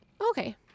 Okay